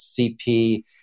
CP